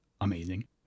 amazing